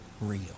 real